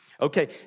Okay